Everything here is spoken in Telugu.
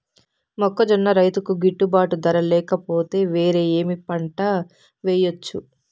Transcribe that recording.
మొక్కజొన్న రైతుకు గిట్టుబాటు ధర లేక పోతే, వేరే ఏమి పంట వెయ్యొచ్చు?